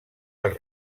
els